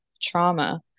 trauma